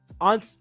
on